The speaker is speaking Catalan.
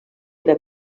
era